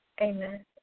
Amen